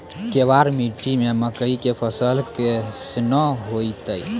केवाल मिट्टी मे मकई के फ़सल कैसनौ होईतै?